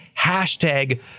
hashtag